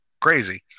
crazy